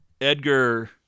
Edgar